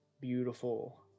beautiful